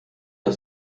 der